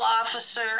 officer